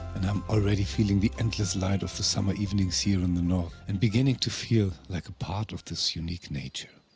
and i am already feeling the endless light of the summer evenings here in the north and beginning to feel like a part of this unique nature.